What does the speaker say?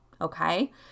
Okay